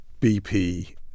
BP